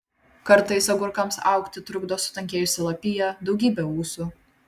kartais agurkams augti trukdo sutankėjusi lapija daugybė ūsų